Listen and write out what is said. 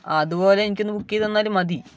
അതുപോലെ എനിക്ക് ഒന്ന് ബുക്ക് ചെയ്ത് തന്നാലും മതി